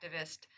activist